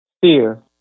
Fear